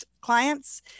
clients